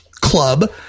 club